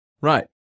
Right